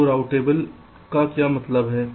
तो राउटेबल का क्या मतलब है